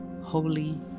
Holy